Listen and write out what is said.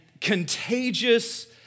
contagious